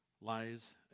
lies